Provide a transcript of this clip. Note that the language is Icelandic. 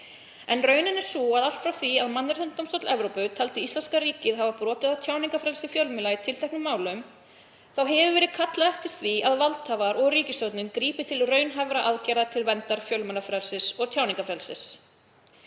Raunin er sú að allt frá því að Mannréttindadómstóll Evrópu taldi íslenska ríkið hafa brotið á tjáningarfrelsi fjölmiðla í tilteknum málum hefur verið kallað eftir því að valdhafar og ríkisstjórnin grípi til raunhæfra aðgerða til verndar fjölmiðlafrelsi og tjáningarfrelsi.